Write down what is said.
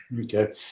Okay